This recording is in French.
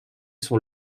son